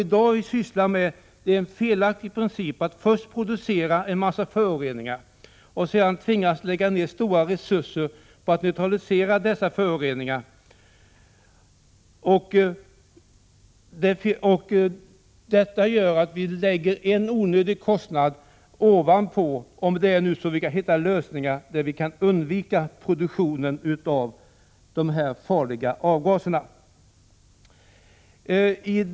I dag arbetar vi efter en felaktig princip: Först producerar vi en massa föroreningar och tvingas sedan lägga ner stora resurser för att neutralisera dessa föroreningar. Detta gör att vi lägger på en onödig kostnad, om vi nu hittar lösningar så att vi kan undvika produktionen av de farliga avgaserna.